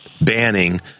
banning